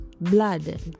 blood